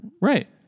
Right